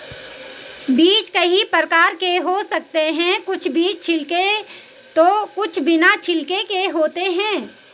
बीज कई प्रकार के हो सकते हैं कुछ बीज छिलके तो कुछ बिना छिलके के होते हैं